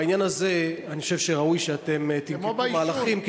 בעניין הזה אני חושב שראוי שאתם תנקטו מהלכים,